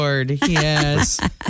Yes